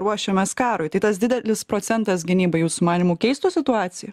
ruošiamės karui tai tas didelis procentas gynybai jūsų manymu keistų situaciją